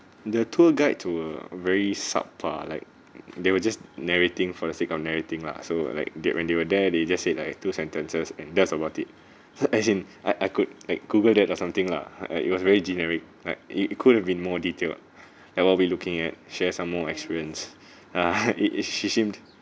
the tour guide to err very subpar like they were just narrating for the sake of narrating lah so like that when they were there they just said like two sentences and that's about it ah as in I I could like Google that or something lah it was very generic like it it could have been more detailed that what we looking at share some more experience it is sh~ shamed